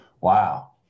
wow